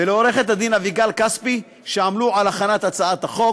ולעורכת-הדין אביגל כספי, שעמלו על הכנת החוק.